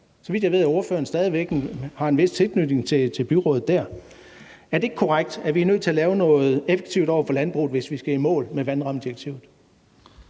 Så vidt jeg ved, har ordføreren stadig væk en vis tilknytning til byrådet dér. Er det ikke korrekt, at vi er nødt til at lave noget effektivt over for landbruget, hvis vi skal i mål med vandrammedirektivet?